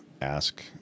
ask